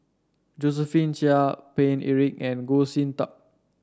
Josephine Chia Paine Eric and Goh Sin Tub